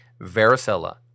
Varicella